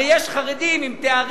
הרי יש חרדים עם תארים,